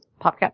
PopCap